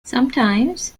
sometimes